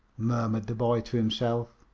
murmured the boy to himself.